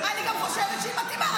אני גם חושבת שהיא מתאימה,